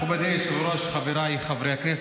מכובדי היושב-ראש, חבריי חברי הכנסת,